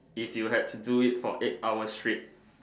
if you had to do it for eight hours straight